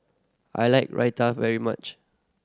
I like Raita very much